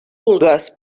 vulgues